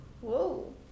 Whoa